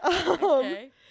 Okay